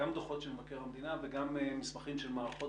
גם דוחות של מבקר המדינה וגם מסמכים של מערכות